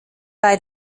bei